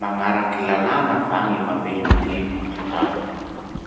Magnaraky lalana va gny mamelo biby antragno?